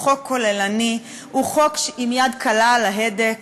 הוא חוק כוללני, הוא חוק עם יד קלה על ההדק.